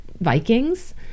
Vikings